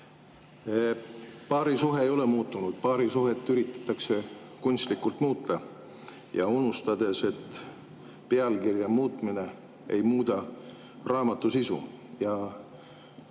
Paarisuhe ei ole muutunud. Paarisuhet üritatakse kunstlikult muuta, unustades, et pealkirja muutmine ei muuda raamatu sisu.